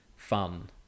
Fun